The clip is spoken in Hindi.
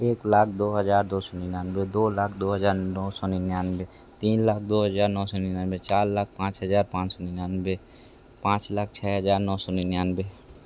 एक लाख दो हज़ार दो सौ निन्यानवे दो लाख दो हज़ार नौ सौ निन्यानवे तीन लाख दो हज़ार नौ सौ निन्यानवे चार लाख पाँच हज़ार पाँच सौ निन्यानवे पाँच लाख छः हज़ार नौ सौ निन्यानवे